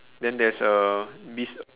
then there's a beast